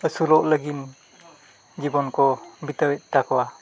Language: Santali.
ᱟᱹᱥᱩᱞᱚᱜ ᱞᱟᱹᱜᱤᱫ ᱡᱤᱵᱚᱱ ᱠᱚ ᱵᱤᱛᱟᱹᱣᱮᱜ ᱛᱟᱠᱚᱣᱟ